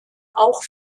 auch